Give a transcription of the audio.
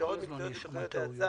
הכשרות מקצועיות ותוכניות האצה,